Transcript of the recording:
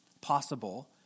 possible